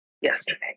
yesterday